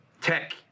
Tech